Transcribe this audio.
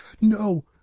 No